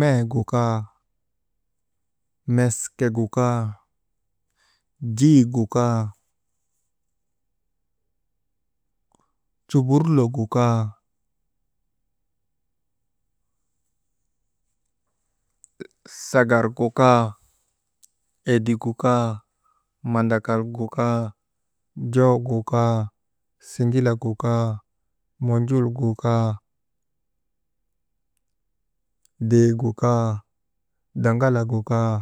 Meegu kaa meskek gu kaa, jigu kaa, cuburlok guk aa, sagar guk aa, edik gu kaa mandakal guk aa, jogu kaa siŋilagu kaa, munjul gu kaa deegu kaa, daŋalagu kaa